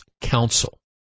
counsel